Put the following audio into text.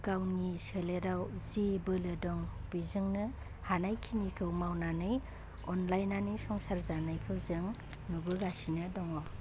गावनि सोलेराव जि बोलो दं बेजोंनो हानाय खिनिखौ मावनानै अनलायनानै संसार जानायखौ जों नुबोगासिनो दङ